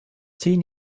zehn